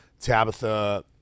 Tabitha